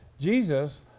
Jesus